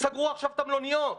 סגרו עכשיו את המלוניות.